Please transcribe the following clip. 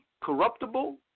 corruptible